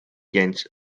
genç